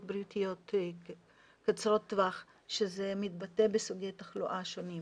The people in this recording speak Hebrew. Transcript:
בריאותיות קצרות טווח וזה מתבטא בסוגי תחלואה שונים.